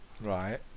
Right